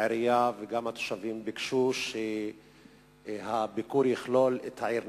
העירייה וגם התושבים ביקשו שהביקור יכלול את העיר נצרת.